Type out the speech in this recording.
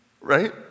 right